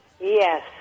Yes